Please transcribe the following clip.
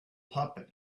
puppet